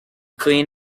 clean